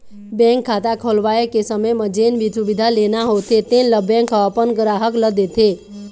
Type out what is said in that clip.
bank खाता खोलवाए के समे म जेन भी सुबिधा लेना होथे तेन ल बेंक ह अपन गराहक ल देथे